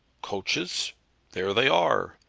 coaches there they are.